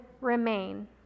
remain